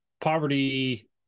poverty